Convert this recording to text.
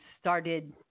started